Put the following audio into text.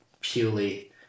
purely